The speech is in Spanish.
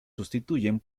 sustituyen